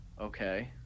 okay